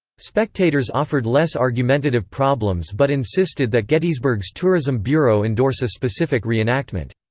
spectators offered less argumentative problems but insisted that gettysburg's tourism bureau endorse a specific reenactment.